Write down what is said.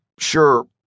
sure